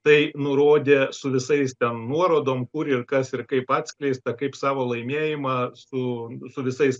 tai nurodė su visais ten nuorodom kur ir kas ir kaip atskleista kaip savo laimėjimą su su visais